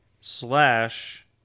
slash